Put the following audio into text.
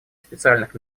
специальных